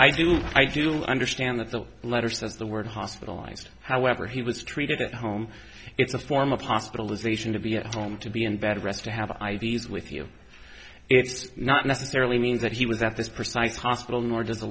i do i do understand that the letter says the word hospitalized however he was treated at home it's a form of hospitalization to be at home to be in bed rest to have i d s with you it's not necessarily means that he was at this precise hospital nor does